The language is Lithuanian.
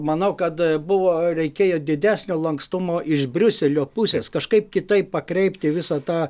manau kad buvo reikėjo didesnio lankstumo iš briuselio pusės kažkaip kitaip pakreipti visą tą